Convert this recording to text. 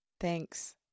Thanks